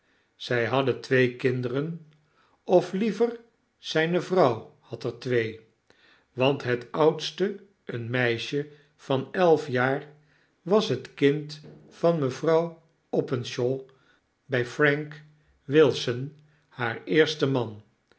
zij hadden twee kinderen of liever zijne vrouw had er twee want het oudste een meisje van elf jaar was het kind van mevrouw openshaw bij frank wilson haar eersten man